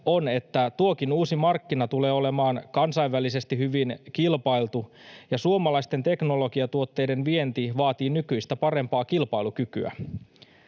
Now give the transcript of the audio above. on, että tuokin uusi markkina tulee olemaan kansainvälisesti hyvin kilpailtu ja suomalaisten teknologiatuotteiden vienti vaatii nykyistä parempaa kilpailukykyä.